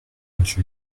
名胜区